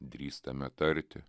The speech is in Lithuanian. drįstame tarti